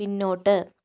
പിന്നോട്ട്